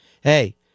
Hey